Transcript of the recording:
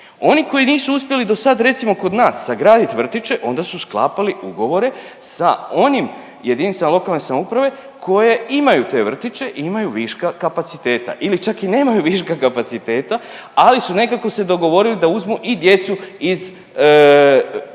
Oni koji nisu uspjeli do sad recimo kod nas sagradit vrtiće onda su sklapali ugovore sa onim jedinica lokalne samouprave koje imaju te vrtiće i imaju viška kapaciteta ili čak i nemaju viška kapaciteta, ali su nekako se dogovorili da uzmu i djecu iz